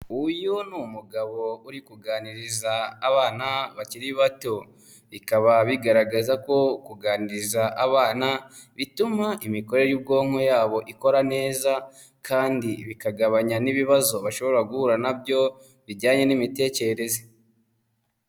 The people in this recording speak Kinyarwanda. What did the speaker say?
Uyu ni umugabo uri kuganiriza abana bakiri bato bikaba bigaragaza ko kuganiriza abana bituma imikorere y'ubwonko yabo ikora neza kandi bikagabanya n'ibibazo bashobora guhura nabyo bijyanye n'imitekerereze.